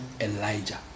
Elijah